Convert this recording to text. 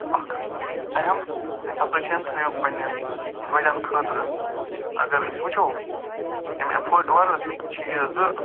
تہٕ اکھ اہم اٮ۪پرِشن تھٲیِو پنٛنٮ۪ن بَڑٮ۪ن خٲطرٕ اگر أسۍ وٕچھو اَمہِ اٮ۪فٲٹ وَرٕ چھِ یہِ زٕ